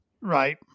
Right